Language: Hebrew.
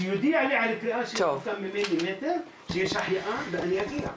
שיודיע לי על קריאה שקוראת ממני מטר שיש החייאה ואני אגיע,